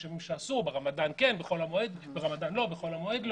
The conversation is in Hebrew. בחודש הרמדאן ובחול המועד אסור ועוד הרבה כללים.